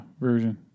version